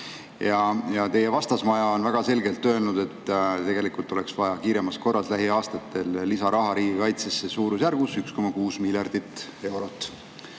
Teie vastasmajast on väga selgelt öeldud, et tegelikult oleks vaja kiiremas korras lähiaastatel riigikaitsesse lisaraha suurusjärgus 1,6 miljardit eurot.